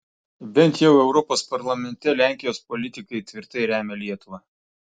bent jau europos parlamente lenkijos politikai tvirtai remia lietuvą